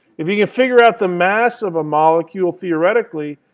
if you can figure out the mass of a molecule, theoretically,